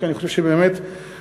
כי אני חושב שבאמת סטודנטים,